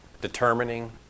determining